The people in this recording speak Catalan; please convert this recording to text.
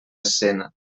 escena